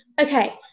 Okay